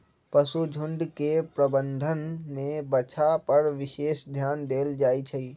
पशुझुण्ड के प्रबंधन में बछा पर विशेष ध्यान देल जाइ छइ